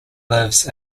lives